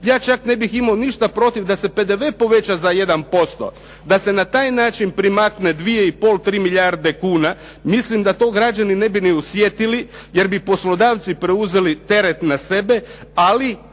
Ja čak ne bih imao ništa protiv da se PDV poveća za 1%. Da se na taj način primakne 2,5, 3 milijarde kuna, mislim da to građani ne bi ni osjetili jer bi poslodavci preuzeli teret na sebe, ali